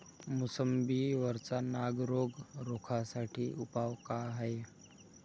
मोसंबी वरचा नाग रोग रोखा साठी उपाव का हाये?